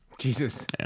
Jesus